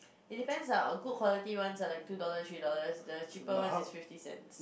it depends ah a good quality one are like two dollars three dollars the cheaper ones is fifty cents